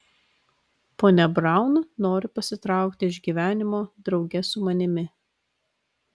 ponia braun nori pasitraukti iš gyvenimo drauge su manimi